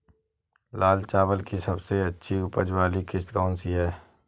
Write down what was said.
लाल चावल की सबसे अच्छी उपज वाली किश्त कौन सी है?